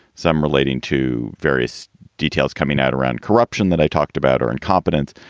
some relating to various details coming out around corruption that i talked about or incompetence.